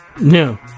No